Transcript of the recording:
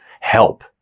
Help